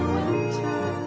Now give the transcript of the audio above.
Winter